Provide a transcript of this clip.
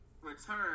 return